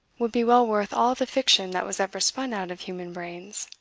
would be well worth all the fiction that was ever spun out of human brains